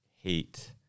hate